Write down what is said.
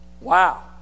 wow